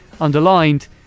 underlined